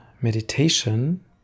meditation